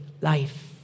life